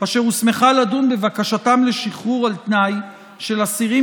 אשר הוסמכה לדון בבקשתם לשחרור על תנאי של אסירים